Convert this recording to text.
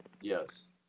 Yes